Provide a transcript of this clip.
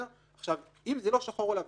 אם זה לא שחור או לבן,